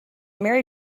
merry